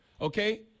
okay